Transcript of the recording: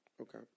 Okay